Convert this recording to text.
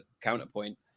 counterpoint